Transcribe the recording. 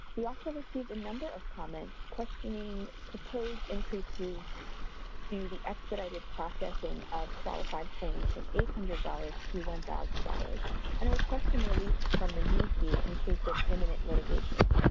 we also received a number of comments questioning proposed increases to the expedited processing of qualified claims from eight hundred dollars to one thousand dollars and requesting release from the new fee in case of imminent litigation.